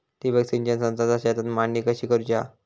ठिबक सिंचन संचाची शेतात मांडणी कशी करुची हा?